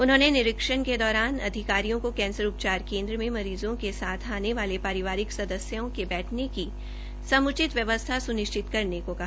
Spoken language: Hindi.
उन्होंने निरीक्षण के दौरान अधिकारियों को कैंसर उपचार केन्द्र में मरीज़ो के साथ आने वाले पारिवारिक सदस्यों के बैठने की समुचित व्यवस्था सुनिश्चित करने के लिए कहा